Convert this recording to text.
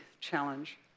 challenge